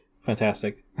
fantastic